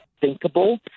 thinkable